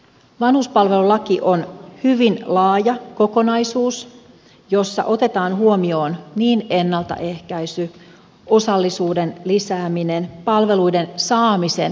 vanhuspalvelulaki on hyvin laaja kokonaisuus jossa otetaan huomioon ennaltaehkäisy osallisuuden lisääminen palveluiden saamisen vahvistaminen